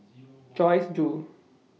Joyce Jue